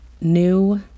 new